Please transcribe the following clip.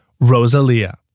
Rosalia